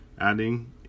adding